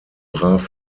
brach